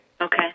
Okay